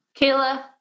Kayla